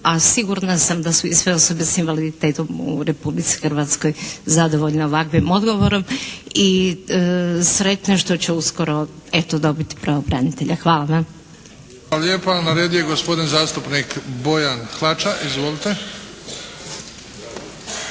a sigurna sam da su i sve osobe s invaliditetom u Republici Hrvatskoj zadovoljna ovakvim odgovorom i sretna što će uskoro eto, dobiti pravobranitelja. Hvala vam. **Bebić, Luka (HDZ)** Hvala lijepa. Na redu je gospodin zastupnik Bojan Hlača. Izvolite! **Hlača,